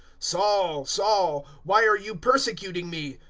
saul, saul, why are you persecuting me?